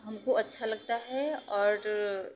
हम को अच्छा लगता है और